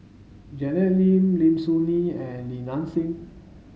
Janet Lim Lim Soo Ngee and Li Nanxing